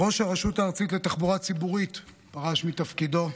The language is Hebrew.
ראש הרשות הארצית לתחבורה ציבורית פרש מתפקידו,